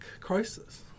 crisis